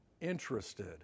interested